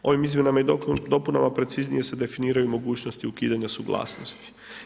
Ovim izmjenama i dopunama preciznije se definiraju mogućnosti ukidanja suglasnosti.